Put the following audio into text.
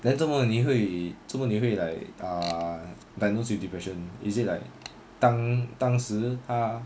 then 做么你会做么你会 like ah diagnosed with depression is it like 当当时他